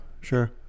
sure